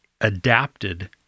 adapted